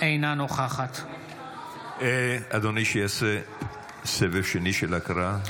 אינה נוכחת אדוני יעשה סבב שני של הקראה.